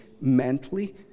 mentally